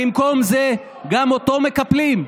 במקום זה, גם אותו מקפלים?